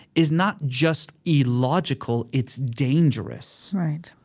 is not just illogical, it's dangerous right.